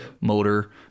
motor